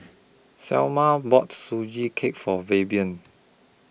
Salma bought Sugee Cake For Fabian